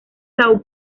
sao